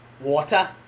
water